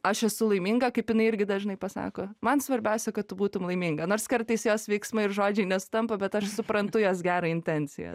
aš esu laiminga kaip jinai irgi dažnai pasako man svarbiausia kad tu būtum laiminga nors kartais jos veiksmai ir žodžiai nesutampa bet aš suprantu jos gerą intenciją